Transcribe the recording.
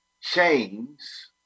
chains